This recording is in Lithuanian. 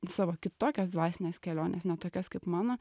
savo kitokias dvasines keliones ne tokias kaip mano